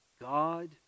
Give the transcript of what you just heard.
God